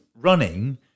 running